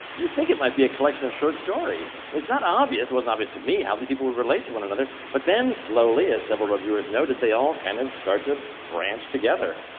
you think it might be a collection of short stories. it's not obvious wasn't obvious to me how these people would relate to one another, but then, slowly, as several reviewers noted, they all kind of start to branch together.